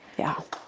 yeah.